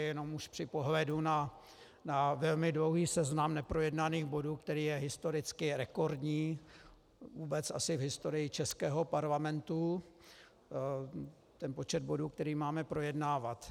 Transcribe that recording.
Jenom už při pohledu na velmi dlouhý seznam neprojednaných bodů, který je historicky rekordní, vůbec asi v historii českého parlamentu, ten počet bodů, který máme projednávat.